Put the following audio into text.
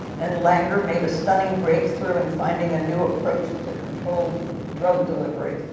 and langer made a stunning breakthrough in finding a new approach to controlled drug delivery.